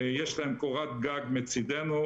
יש להם קורת גג מצדנו,